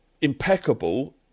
impeccable